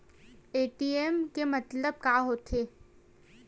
ATM के मतलब का होथे?